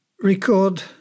record